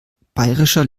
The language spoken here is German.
bayerischer